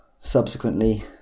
subsequently